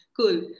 Cool